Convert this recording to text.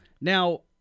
Now